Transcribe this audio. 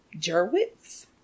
Jerwitz